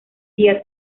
día